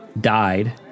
died